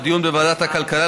לדיון בוועדת הכלכלה,